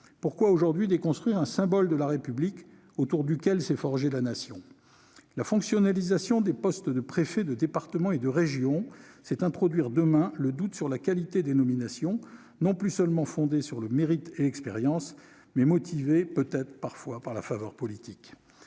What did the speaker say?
Pourquoi aujourd'hui déconstruire un symbole de la République, autour duquel s'est forgée la Nation ? La fonctionnalisation des postes de préfets de département et de région pourrait introduire, demain, le doute sur la qualité de nominations, non plus seulement fondées sur le mérite et l'expérience, mais motivées par la faveur politique.